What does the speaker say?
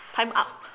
time up